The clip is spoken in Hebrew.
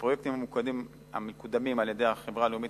בפרויקטים המקודמים על-ידי החברה הלאומית